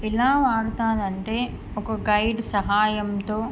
ఎలా వాడతారంటే అంటే ఒక గైడ్ సహాయంతో